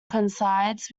coincides